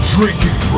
Drinking